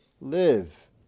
live